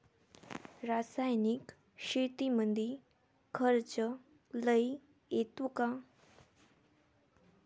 रासायनिक शेतीमंदी खर्च लई येतो का?